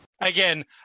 Again